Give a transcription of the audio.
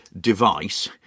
device